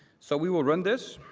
so we will run this.